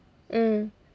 mm